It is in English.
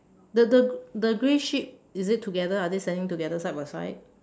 the the the grey sheep is it together are they standing together side by side